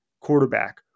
quarterback